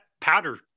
powder